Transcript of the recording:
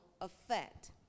effect